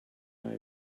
eye